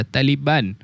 Taliban